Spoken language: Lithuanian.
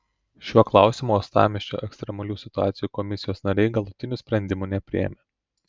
šiuo klausimu uostamiesčio ekstremalių situacijų komisijos nariai galutinių sprendimų nepriėmė